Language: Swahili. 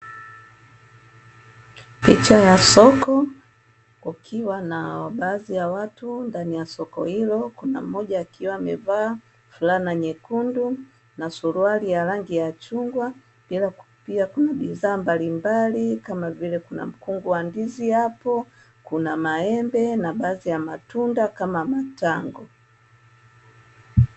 Picha ya soko kukiwa na baadhi ya watu ndani ya soko hilo kuna mmoja akiwa amevaa fulana nyekundu na suruali ya rangi ya chungwa ila pia kuna bidhaa mbalimbali kama vile kuna mkungu wa ndizi hapo kuna maembe na baadhi ya matunda kama matango.